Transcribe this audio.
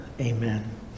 Amen